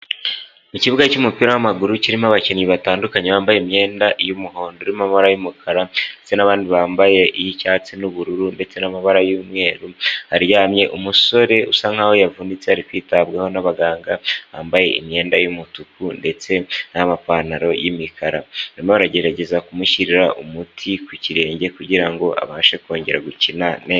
Mu ikibuga cy'umupira w'amaguru kirimo abakinnyi batandukanye bambaye imyenda y'umuhondo irimo amabara y'umukara ndetse n'abandi bambaye iy'icyatsi n'ubururu ndetse n'amabara y'umweru; haryamye umusore usa nkaho yavunitse ari kwitabwaho n'abaganga bambaye imyenda y'umutuku ndetse n'amapantaro y'imikara. Barimo baragerageza kumushyirira umuti ku kirenge kugira ngo abashe kongera gukina nez...